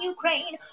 Ukraine